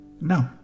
No